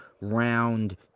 round